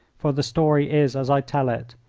for the story is as i tell it,